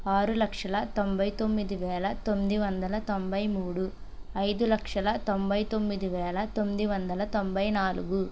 ఆరు లక్షల తొంభై తొమ్మిది వేల తొమ్మిది వందల తొంభై మూడు ఐదు లక్షల తొంభై తొమ్మిది వేల తొమ్మిది వందల తొంభై నాలుగు